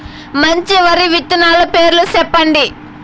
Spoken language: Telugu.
మంచి వరి విత్తనాలు పేర్లు చెప్పండి?